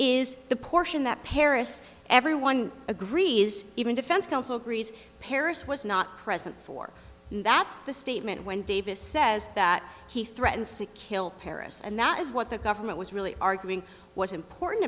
is the portion that paris everyone agree even defense counsel agrees paris was not present for that's the statement when davis says that he threatens to kill paris and that is what the government was really arguing what's important